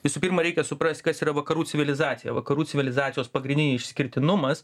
visų pirma reikia suprast kas yra vakarų civilizacija vakarų civilizacijos pagrindinis išskirtinumas